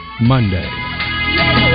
Monday